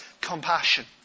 compassion